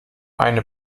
eine